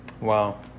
Wow